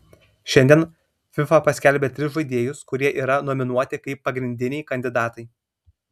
šiandien fifa paskelbė tris žaidėjus kurie yra nominuoti kaip pagrindiniai kandidatai